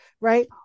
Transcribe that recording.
right